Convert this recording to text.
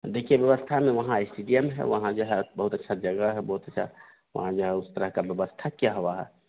देखिए व्यवस्था में वहाँ एस्टेडियम है वहाँ जो है बहुत अच्छी जगह है बहुत अच्छा वहाँ जो है उस तरह की व्यवस्था की हुई है